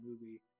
movie